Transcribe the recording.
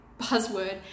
buzzword